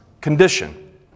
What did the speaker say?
condition